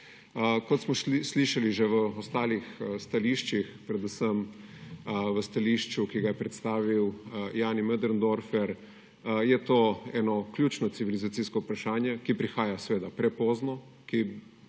Kot smo slišali že v ostalih stališčih, predvsem v stališču, ki ga je predstavil Jani Möderndorfer, je to eno ključno civilizacijsko vprašanje, ki prihaja, seveda, prepozno, ki pač